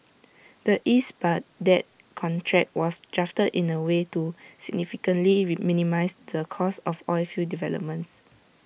the east Baghdad contract was drafted in A way to significantly reminimise the cost of oilfield developments